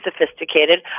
sophisticated